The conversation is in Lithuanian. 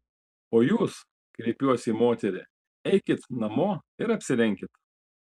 o jūs kreipiuos į moterį eikit namo ir apsirenkit